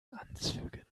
anzügen